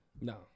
No